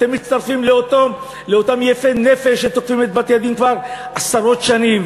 אתם מצטרפים לאותם יפי נפש שתוקפים את בתי-הדין כבר עשרות שנים,